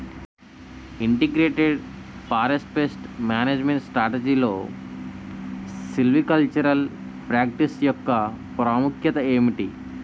Integrated forest pest management స్ట్రాటజీలో silvicultural practice యెక్క ప్రాముఖ్యత ఏమిటి??